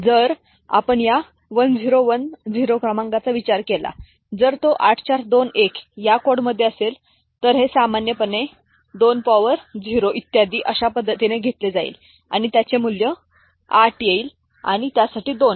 तर जर आपण या 1010 क्रमांकाचा विचार केला जर तो 8421 या कोड मध्ये असेल जर हे सामान्यपणे 2 पॉवर 0 इत्यादी अशा पद्धतीने घेतले तर त्याचे मूल्य 8 येईल आणि यासाठी एक 2 येईल